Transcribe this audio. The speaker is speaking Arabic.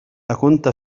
أكنت